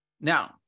Now